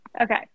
Okay